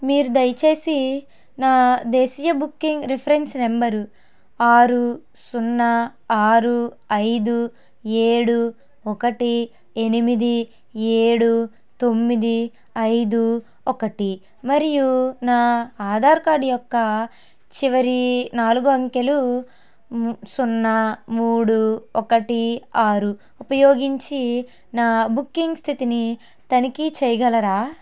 మీరు దయచేసి నా దేశీయ బుకింగ్ రిఫరెన్స్ నంబరు ఆరు సున్నా ఆరు ఐదు ఏడు ఒకటి ఎనిమిది ఏడు తొమ్మిది ఐదు ఒకటి మరియు నా ఆధార్ కార్డ్ యొక్క చివరి నాలుగు అంకెలు సున్నా మూడు ఒకటి ఆరు ఉపయోగించి నా బుకింగ్ స్థితిని తనిఖీ చెయ్యగలరా